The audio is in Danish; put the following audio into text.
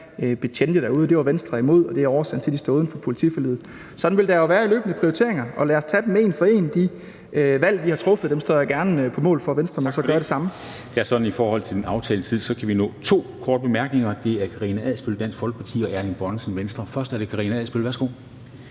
betjente derude. Det var Venstre imod, og det er årsagen til, at de står uden for politiforliget. Sådan vil der jo være løbende prioriteringer, og lad os tage dem en for en. De valg, vi har truffet, står jeg gerne på mål for. Venstre må så gøre det samme. Kl. 09:54 Formanden (Henrik Dam Kristensen): Tak for det. Det er sådan, at vi i forhold til den aftalte tid kan nå, at to mere får korte bemærkninger, og det er Karina Adsbøl, Dansk Folkeparti, og Erling Bonnesen, Venstre. Først er det fru Karina Adsbøl. Værsgo.